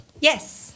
Yes